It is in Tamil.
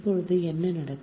இப்போது என்ன நடக்கும்